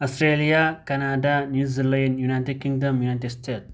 Australia Canada New Zealand United Kingdom united state